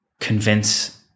Convince